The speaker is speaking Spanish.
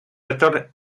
lector